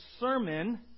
sermon